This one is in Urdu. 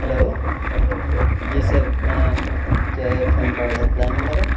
ہیلو جی سر میں کیا یہ PAN card helpline number ہے